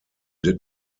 did